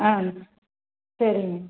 ஆ சரிங்க